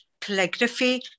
calligraphy